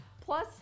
plus